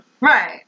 Right